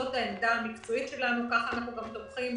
זאת העמדה המקצועית שלנו, וככה אנחנו גם תומכים